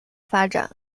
发展